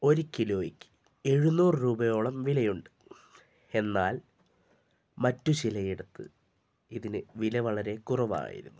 ഒരു കിലോയ്ക്ക് എഴുന്നൂറ് രൂപയോളം വിലയുണ്ട് എന്നാൽ മറ്റു ചിലയിടത്ത് ഇതിനു വില വളരെ കുറവായിരുന്നു